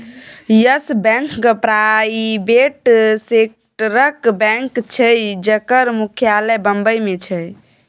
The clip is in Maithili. यस बैंक प्राइबेट सेक्टरक बैंक छै जकर मुख्यालय बंबई मे छै